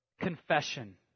confession